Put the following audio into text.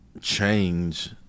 change